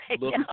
look